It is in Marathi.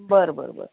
बरं बरं बरं